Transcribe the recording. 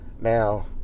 Now